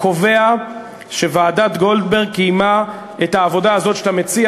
קובע שוועדת גולדברג קיימה את העבודה הזאת שאתה מציע